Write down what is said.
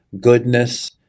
goodness